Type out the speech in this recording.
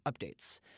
updates